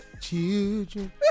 children